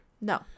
No